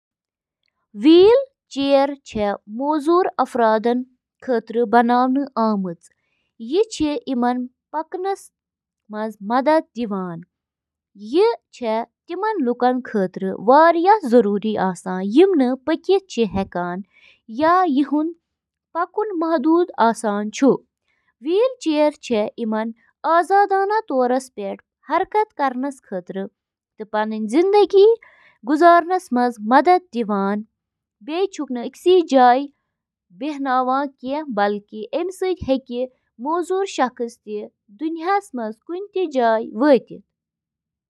اکھ ٹوسٹر چُھ گرمی پٲدٕ کرنہٕ خٲطرٕ بجلی ہنٛد استعمال کران یُس روٹی ٹوسٹس منٛز براؤن چُھ کران۔ ٹوسٹر اوون چِھ برقی کرنٹ سۭتۍ کوائلن ہنٛد ذریعہٕ تیار گژھن وٲل انفراریڈ تابکٲری ہنٛد استعمال کٔرتھ کھین بناوان۔